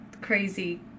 crazy